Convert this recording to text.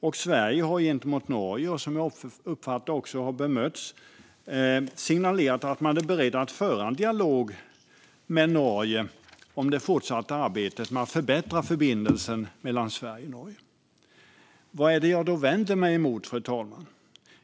Sverige har signalerat gentemot Norge, vilket jag uppfattar också har bemötts, att vi är beredda att föra en dialog om det fortsatta arbetet med att förbättra förbindelsen mellan Sverige och Norge. Fru talman! Vad är det då jag vänder mig emot?